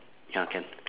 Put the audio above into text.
ya can